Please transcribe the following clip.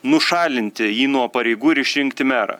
nušalinti jį nuo pareigų ir išrinkti merą